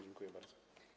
Dziękuję bardzo.